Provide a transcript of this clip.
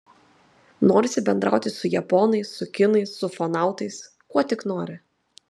norisi bendrauti su japonais su kinais su ufonautais kuo tik nori